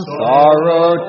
sorrow